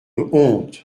honte